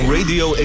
Radio